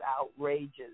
outrageous